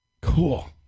Cool